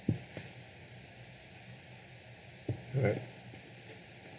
alright